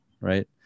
right